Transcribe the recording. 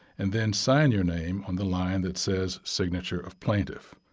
and then sign your name on the line that says signature of plaintiff.